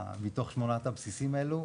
שמונת הבסיסים האלו,